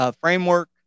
framework